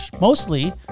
Mostly